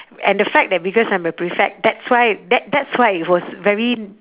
and the fact that because I'm a prefect that's why that that's why it was very